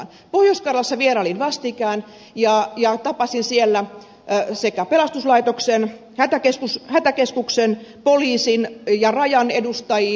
pohjois karjalassa vierailin vastikään ja tapasin siellä sekä pelastuslaitoksen hätäkeskuksen poliisin että rajan edustajia